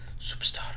Superstar